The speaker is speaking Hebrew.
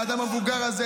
לאדם המבוגר הזה,